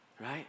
right